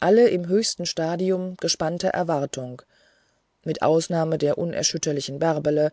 alle im höchsten stadium gespannter erwartung mit ausnahme der unerschütterlichen bärbele